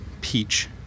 peach